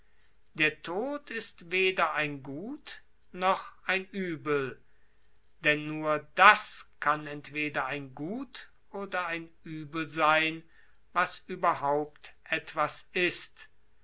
der tod ist weder ein gut noch ein uebel denn das kann entweder ein gut oder ein uebel sein was etwas ist